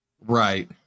Right